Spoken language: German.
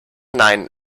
nein